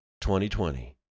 2020